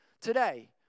Today